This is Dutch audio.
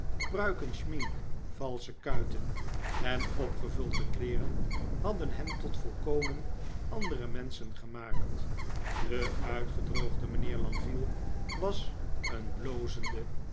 pruiken schmink valsche kuiten en opgevulde kleeren hadden hen tot volkomen andere menschen gemaakt de uitgedroogde mijnheer lenville was een blozende